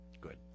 Good